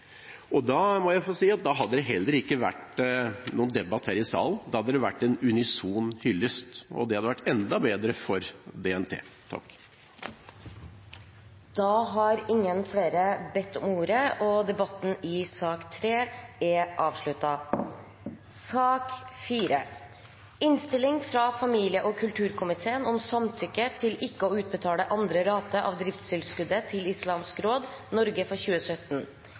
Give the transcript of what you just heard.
Da hadde det heller ikke vært noen debatt her i salen. Da hadde det vært en unison hyllest. Det hadde vært enda bedre for DNT. Flere har ikke bedt om ordet til sak nr. 3. Etter ønske fra familie- og kulturkomiteen vil presidenten foreslå at taletiden blir begrenset til 5 minutter til hver partigruppe og 5 minutter til